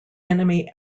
enemy